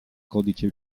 codice